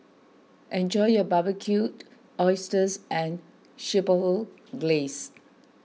enjoy your Barbecued Oysters and Chipotle Glaze